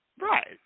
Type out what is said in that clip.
Right